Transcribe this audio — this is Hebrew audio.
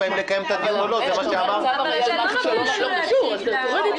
ארבל תסיים קודם.